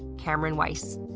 cameron weiss.